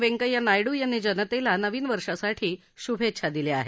वेंकय्या नायडू यांनी जनतेला नवीन वर्षासाठी शुभेच्छा दिल्या आहेत